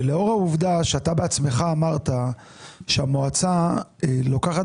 ולאור העובדה שאתה בעצמך אמרת שהמועצה לוקחת